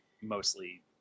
mostly